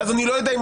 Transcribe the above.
ואז אני לא יודע,